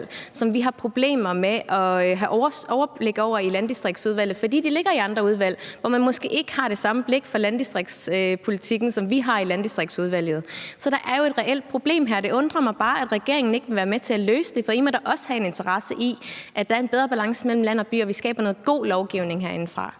som vi har problemer med at have overblik over i Landdistriktsudvalget, fordi de ligger i andre udvalg, hvor man måske ikke har det samme blik for landdistriktspolitikken, som vi har i Landdistriktsudvalget. Så der er jo et reelt problem her. Det undrer mig bare, at regeringen ikke vil være med til at løse det, for I må da også have en interesse i, at der er en bedre balance mellem land og by og vi skaber noget god lovgivning herindefra.